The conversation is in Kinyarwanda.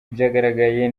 byagaragaye